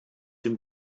dem